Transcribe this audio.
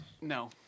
No